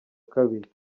kabiri